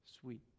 sweet